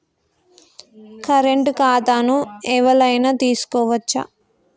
Current ఖాతాను ఎవలైనా తీసుకోవచ్చా?